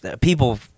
people